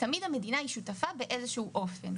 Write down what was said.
תמיד המדינה היא שותפה באיזה שהוא אופן.